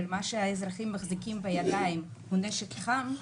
אבל האזרחים מחזיקים בידיים נשק חם,